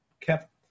kept